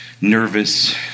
nervous